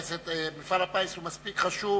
מפעל הפיס הוא מספיק חשוב,